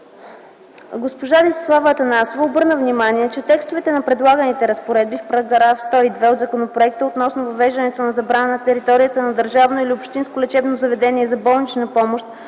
Госпожа Десислава Атанасова обърна внимание, че текстовете на предлаганите разпоредби в § 102 от законопроекта, относно въвеждането на забрана на територията на държавно или общинско лечебно заведение за болнична помощ